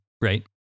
right